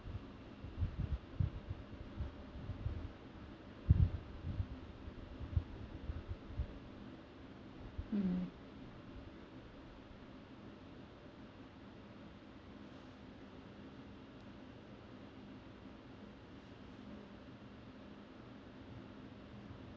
mmhmm